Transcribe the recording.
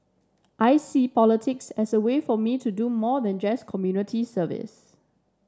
I see politics as a way for me to do more than just community service